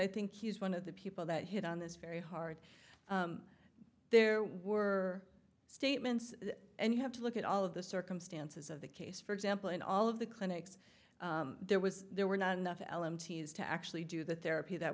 i think he's one of the people that hit on this very hard there were statements and you have to look at all of the circumstances of the case for example in all of the clinics there was there were not enough l m t's to actually do the therapy that